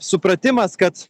supratimas kad